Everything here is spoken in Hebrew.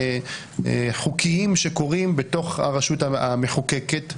בהליכים חוקיים שקורים בתוך הרשות המחוקקת,